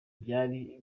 byari